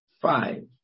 five